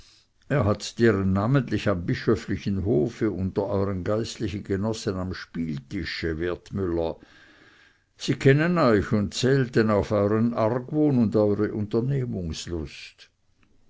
er hat deren namentlich am bischöflichen hofe unter euren geistlichen genossen am spieltische wertmüller sie kennen euch und zählten auf euern argwohn und eure unternehmungslust